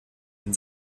den